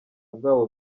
bwabo